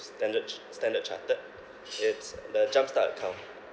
standard ch~ standard chartered it's the jumpstart account